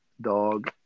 dog